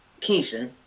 Keisha